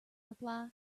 reply